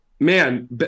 Man